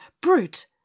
Brute